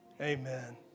Amen